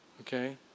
okay